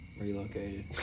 Relocated